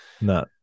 No